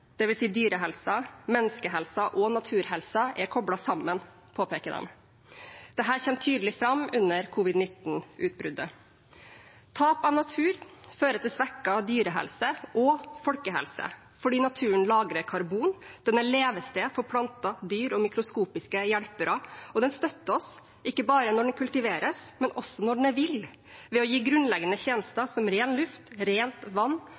og naturhelsen, er koblet sammen, påpeker de. Dette kommer tydelig fram under covid-19-utbruddet. Tap av natur fører til svekket dyrehelse og folkehelse fordi naturen lagrer karbon, den er levested for planter, dyr og mikroskopiske hjelpere, og den støtter oss ikke bare når den kultiveres, men også når den er vill, ved å gi grunnleggende tjenester som ren luft, rent vann,